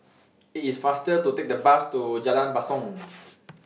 IT IS faster to Take The Bus to Jalan Basong